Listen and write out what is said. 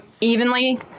evenly